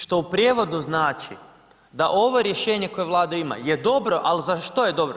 Što u prijevodu znači da ovo rješenje koje Vlada ima je dobro, al za što je dobro?